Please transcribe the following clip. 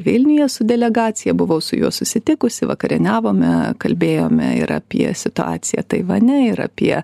vilniuje su delegacija buvau su juo susitikusi vakarieniavome kalbėjome ir apie situaciją taivane ir apie